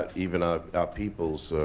but even our peoples,